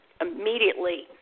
immediately